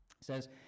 says